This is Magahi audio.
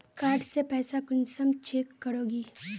कार्ड से पैसा कुंसम चेक करोगी?